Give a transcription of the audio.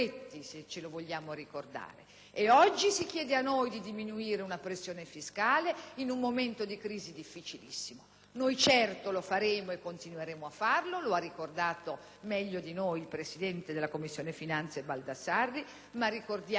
ci si chiede di diminuire la pressione fiscale in un momento di crisi difficilissima. Noi di certo lo faremo e continueremo a farlo (lo ha ricordato meglio di noi il presidente della Commissione finanze Baldassarri), ma ricordiamo soprattutto a questa opposizione che